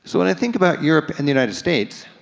so when i think about europe and the united states,